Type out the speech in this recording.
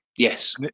Yes